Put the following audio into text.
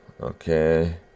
Okay